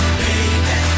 baby